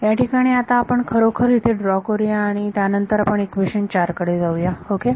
याठिकाणी आता आपण खरोखर येथे ड्रॉ करूया आणि त्यानंतर आपण इक्वेशन 4 कडे जाऊया ओके